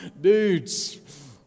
dudes